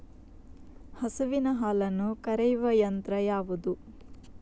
ಹಸುವಿನ ಹಾಲನ್ನು ಕರೆಯುವ ಯಂತ್ರ ಯಾವುದು?